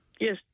Yes